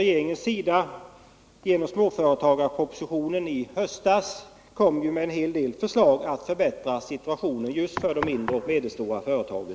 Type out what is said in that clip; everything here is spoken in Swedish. Genom småföretagarpropositionen i höstas kom ju regeringen med en hel del förslag till åtgärder för att förbättra situationen för de mindre och medelstora företagen.